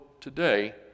today